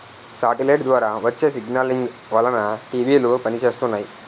satellite ద్వారా వచ్చే signalling వలన టీవీలు పనిచేస్తున్నాయి